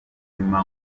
nyuma